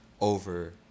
over